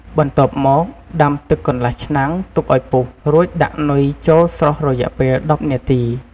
បន្ទាប់មកដាំទឹកកន្លះឆ្នាំងទុកឱ្យពុះ រួចដាក់នុយចូលស្រុះរយៈពេល១០នាទី។